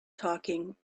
talking